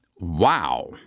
Wow